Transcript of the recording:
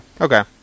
Okay